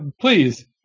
please